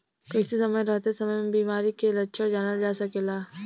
कइसे समय रहते फसल में बिमारी के लक्षण जानल जा सकेला?